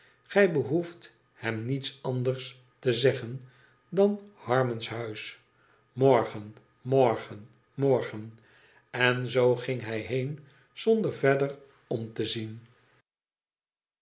gij behoeft hem niets anders te zeggen danhannon's huis morgen morgen morgen i n zoo ging hij heen zonder verder om te zien